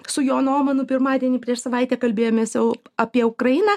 su jonu omanu pirmadienį prieš savaitę kalbėjomės jau apie ukrainą